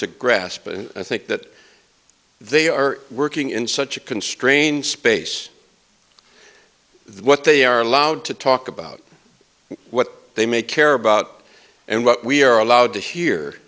to grasp and i think that they are working in such a constrained space what they are allowed to talk about what they may care about and what we are allowed to he